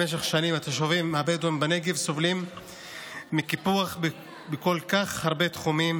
במשך שנים התושבים הבדואים בנגב סובלים מקיפוח בכל כך הרבה תחומים,